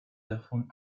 davon